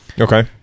Okay